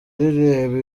rireba